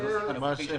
בנוסח הנוכחי של